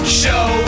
show